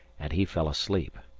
and he fell asleep.